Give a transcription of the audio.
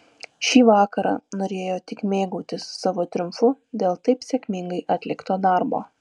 šį vakarą norėjo tik mėgautis savo triumfu dėl taip sėkmingai atlikto darbo